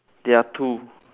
there are two